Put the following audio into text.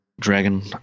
dragon